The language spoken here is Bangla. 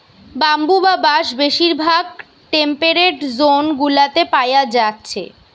ব্যাম্বু বা বাঁশ বেশিরভাগ টেম্পেরেট জোন গুলাতে পায়া যাচ্ছে